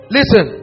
Listen